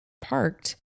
parked